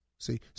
See